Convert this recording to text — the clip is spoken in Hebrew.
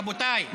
רבותיי,